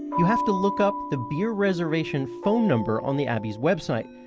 you have to look up the beer reservation phone number on the abbey's website.